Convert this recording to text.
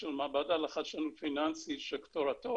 של המעבדה לחדשנות פיננסית שכותרתו